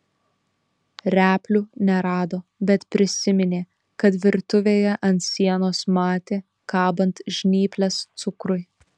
replių nerado bet prisiminė kad virtuvėje ant sienos matė kabant žnyples cukrui